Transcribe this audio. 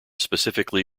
specifically